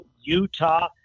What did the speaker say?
Utah